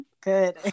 good